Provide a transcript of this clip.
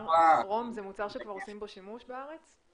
זה מוצר שכבר עושים בו שימוש בארץ?